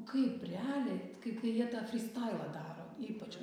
nu kaip realiai kaip kai jie tą frystailą daro ypač